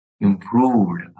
improved